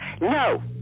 No